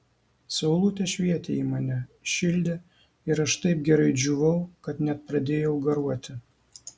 saulutė švietė į mane šildė ir aš taip gerai džiūvau kad net pradėjau garuoti